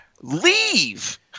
leave